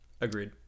agreed